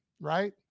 right